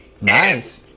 Nice